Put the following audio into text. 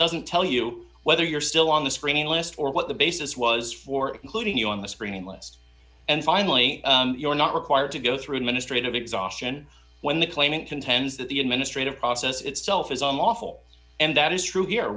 doesn't tell you whether you're still on the screening list or what the basis was for including you on the screening last and finally you're not required to go through administrative exhaustion when the claimant contends that the administrative process itself is unlawful and that is true here